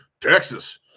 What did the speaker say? Texas